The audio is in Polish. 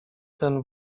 ten